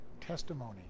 testimony